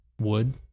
wood